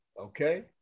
Okay